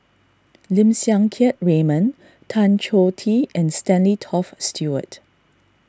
Lim Siang Keat Raymond Tan Choh Tee and Stanley Toft Stewart